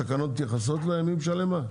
התקנון יש התייחסות למי משלם מה?